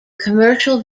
commercial